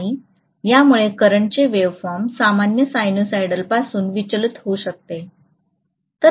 आणि यामुळे करंटचे वेव्हफॉर्म सामान्य सायनुसायडपासून विचलित होऊ शकते